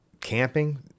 Camping